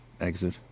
exit